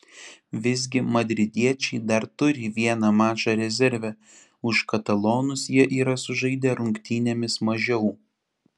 visgi madridiečiai dar turi vieną mačą rezerve už katalonus jie yra sužaidę rungtynėmis mažiau